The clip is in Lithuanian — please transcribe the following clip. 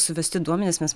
suvesti duomenys mes